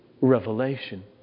revelation